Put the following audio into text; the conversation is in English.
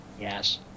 yes